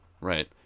right